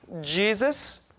Jesus